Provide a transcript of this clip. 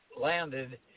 landed